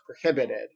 prohibited